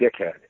dickhead